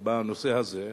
בנושא הזה,